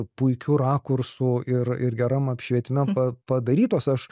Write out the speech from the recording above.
puikiu rakursu ir ir geram apšvietime pa padarytos aš